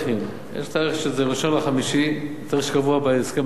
יש תאריך שזה 1 במאי, תאריך שקבוע בהסכם העקרונות.